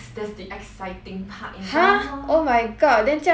!huh! oh my god then 这样不是很狗血 meh